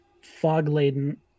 fog-laden